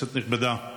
כנסת נכבדה,